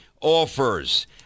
offers